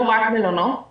לא רק מלונות,